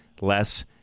less